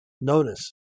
Notice